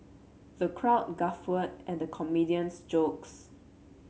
the crowd guffawed at the comedian's jokes